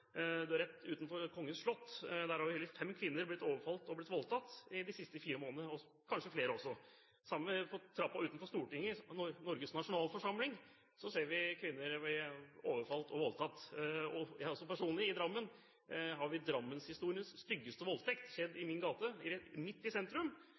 Rett utenfor kongens slott har hele fem kvinner – kanskje flere også – blitt overfalt og voldtatt de fire siste månedene. Det samme gjelder for trappen utenfor Stortinget, Norges nasjonalforsamling. Der ser vi at kvinner har blitt overfalt og voldtatt. I Drammen har drammenshistoriens styggeste voldtekt skjedd i